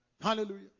Hallelujah